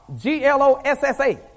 G-L-O-S-S-A